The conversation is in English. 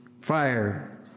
fire